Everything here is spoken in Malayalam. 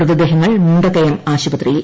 മൃതദ്ദേഹങ്ങൾ മുണ്ടക്കയം ആശുപത്രിയിൽ